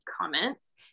comments